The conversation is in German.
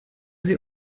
sie